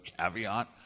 caveat